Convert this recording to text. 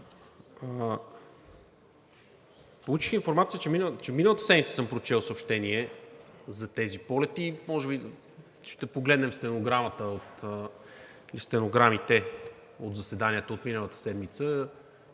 Получих информация, че миналата седмица съм прочел съобщение за тези полети. Ще погледнем стенограмите от заседанията от миналата седмица.